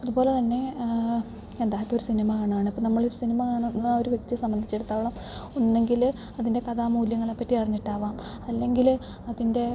അതു പോലെ തന്നെ എന്താ ഇപ്പോഴൊരു സിനിമ കാണുകയാണ് ഇപ്പം നമ്മളൊരു സിനിമ കാണുന്ന ആ ഒരു വ്യക്തിയെ സംബന്ധിച്ചിടത്തോളം ഒന്നെങ്കിൽ അതിൻ്റെ കഥാമൂല്യങ്ങളെ പറ്റി അറിഞ്ഞിട്ടാകാം അല്ലെങ്കിൽ അതിൻ്റെ